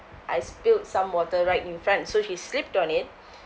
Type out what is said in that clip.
I spilled some water right in front so she slipped on it